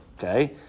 Okay